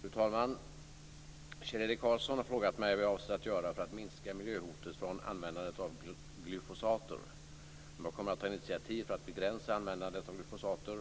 Fru talman! Kjell-Erik Karlsson har frågat mig vad jag avser göra för att minska miljöhotet från användandet av glyfosater, om jag kommer att ta initiativ för att begränsa användandet av glyfosater